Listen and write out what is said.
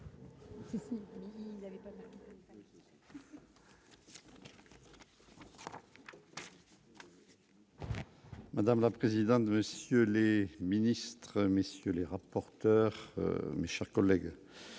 Madame la présidente, monsieur Les ministres messieurs les rapporteurs, chers collègues,